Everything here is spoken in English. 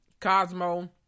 Cosmo